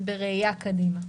בראייה קדימה.